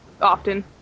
often